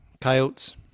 coyotes